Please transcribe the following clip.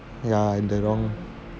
yain the wrong